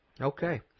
Okay